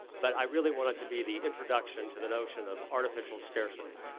but i really want it to be the introduction to the notion of artificial scarcity.